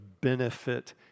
benefit